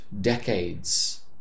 decades